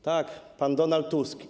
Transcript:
Tak, pan Donald Tusk.